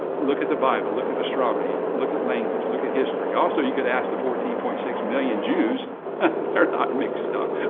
look at the bible, look at astronomy, look at language, look at history. also, you could ask the fourteen point six million jews, they're not mixed up.